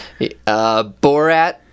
Borat